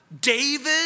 David